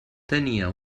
tenia